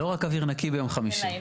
לא רק אוויר נקי ביום חמישי.